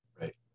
right